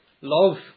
love